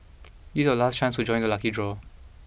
it's your last chance to join the lucky draw